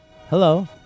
hello